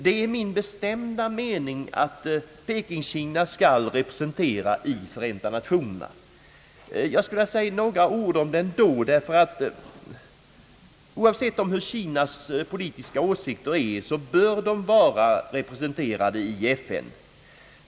Det är min bestämda mening att Peking Kina skall vara representerat i Förenta Nationerna. Jag skulle ändå vilja säga några ord om detta, ty oavsett vilka Kinas politiska åsikter är bör landet vara representerat i FN.